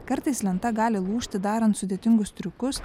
kartais lenta gali lūžti darant sudėtingus triukus